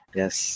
yes